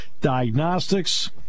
diagnostics